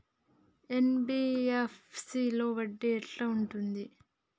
NBFC లో వడ్డీ ఎట్లా ఉంటది?